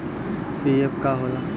PF का होला?